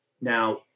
Now